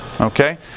Okay